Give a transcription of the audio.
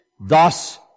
thus